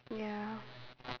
ya